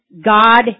God